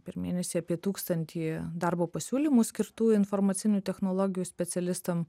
per mėnesį apie tūkstantį darbo pasiūlymų skirtų informacinių technologijų specialistam